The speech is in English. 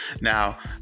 Now